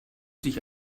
sich